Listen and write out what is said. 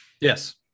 Yes